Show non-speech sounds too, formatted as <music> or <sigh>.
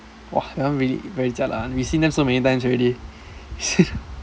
!wah! that one really very jialat [one] we see them so many times already <laughs>